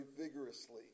vigorously